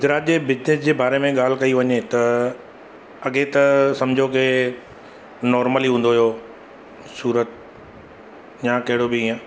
गुजरात जे बिज़नेस जे बारे में ॻाल्हि कई वञे त अॻिए त सम्झो के नॉर्मल ई हुंदो हुओ सूरत या कहिड़ो बि ईअं